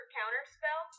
counterspell